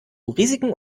risiken